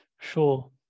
Sure